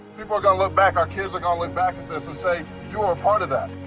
people are gonna look back, our kids are gonna look back at this and say, you were a part of that.